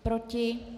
Proti?